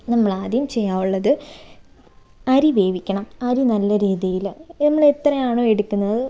നമ്മൾ ആദ്യം ചെയ്യാൻ ഉള്ളത് അരി വേവിക്കണം അരി നല്ല രീതിയിൽ നമ്മളെത്രയാണോ എടുക്കുന്നത്